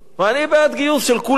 אני בעד גיוס של כולם.